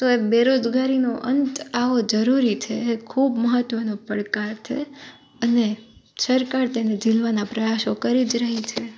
તો એ બેરોજગારીનો અંત આવવો જરૂરી છે એ ખૂબ મહત્વનો પડકાર છે અને સરકાર તેને ઝીલવાના પ્રયાસો કરી જ રહી છે